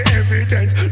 evidence